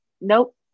Nope